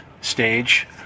stage